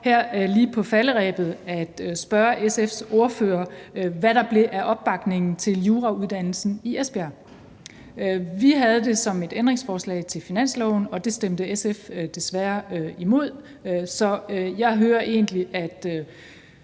her på falderebet at spørge SF's ordfører om, hvad der blev af opbakningen til jurauddannelsen i Esbjerg. Vi havde det som et ændringsforslag til finansloven, og det stemte SF desværre imod. Jeg hører egentlig, at